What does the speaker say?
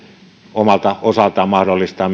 omalta osaltaan mahdollistaa